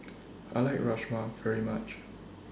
I like Rajma very much